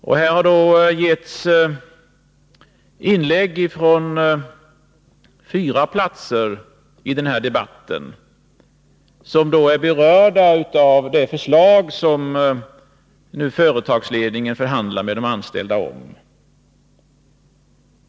I den här debatten har gjorts inlägg angående fyra platser, som är berörda av det förslag som företagsledningen nu förhandlar med de anställda om.